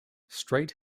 straight